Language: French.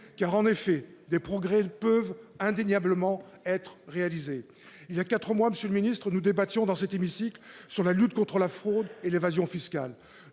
en effet, des progrès peuvent indéniablement être réalisés. Il y a quatre mois, monsieur le ministre, nous débattions dans cet hémicycle de la lutte contre la fraude et l'évasion fiscales.